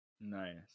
Nice